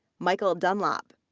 michael dunlop,